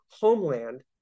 homeland